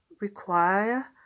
require